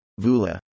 Vula